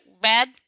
bad